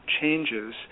changes